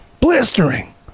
Blistering